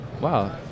wow